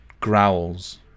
growls